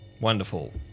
Wonderful